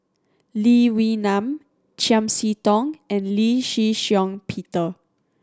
Lee Wee Nam Chiam See Tong and Lee Shih Shiong Peter